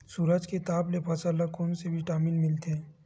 सूरज के ताप ले फसल ल कोन ले विटामिन मिल थे?